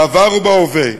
בעבר ובהווה,